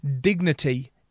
dignity